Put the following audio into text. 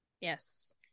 Yes